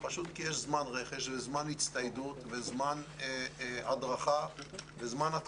כמובן אני חושבת שזאת הצעה חשובה ואני תומכת